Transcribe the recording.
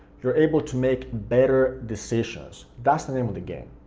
you're able to make better decision, that's the name of the game.